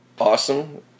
awesome